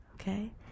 Okay